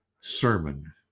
sermon